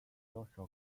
social